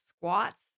squats